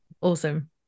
Awesome